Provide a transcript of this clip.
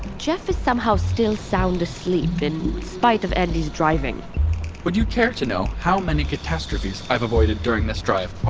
geoff is somehow still sound asleep, in spite of andi's driving would you care to know how many catastrophes i've avoided during this drive